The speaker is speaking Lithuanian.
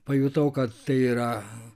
pajutau kad tai yra